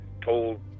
told